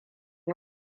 yi